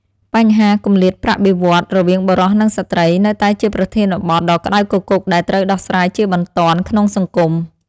បញ្ហាគម្លាតប្រាក់បៀវត្សរ៍រវាងបុរសនិងស្ត្រីនៅតែជាប្រធានបទដ៏ក្តៅគគុកដែលត្រូវដោះស្រាយជាបន្ទាន់ក្នុងសង្គម។